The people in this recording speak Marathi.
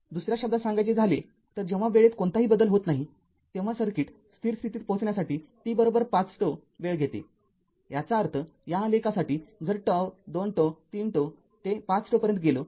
दुसऱ्या शब्दात सांगायचे झाले तर जेव्हा वेळेत कोणताही बदल होत नाही तेव्हा सर्किट स्थिर स्थितीत पोहचण्यासाठी t ५ ζ वेळ घेते याचा अर्थया आलेखासाठी जर ζ२ ζते ३ ζ ते ५ ζ पर्यंत गेलो